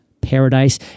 paradise